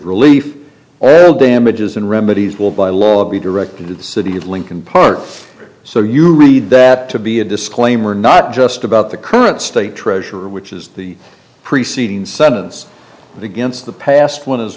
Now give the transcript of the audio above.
relief all damages and remedies will by law be directed to the city of lincoln park so you read that to be a disclaimer not just about the current state treasurer which is the preceding sentence against the passed one as